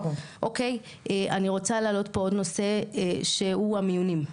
אני רוצה להעלות פה עוד נושא שהוא המיונים.